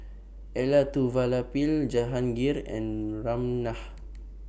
Elattuvalapil Jahangir and Ramnath